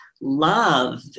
love